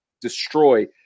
destroy